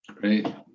Great